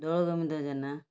Jena